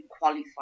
qualify